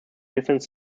different